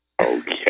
Okay